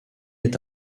est